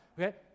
okay